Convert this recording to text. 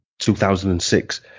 2006